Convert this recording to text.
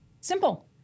Simple